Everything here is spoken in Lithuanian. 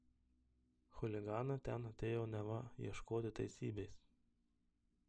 chuliganai ten atėjo neva ieškoti teisybės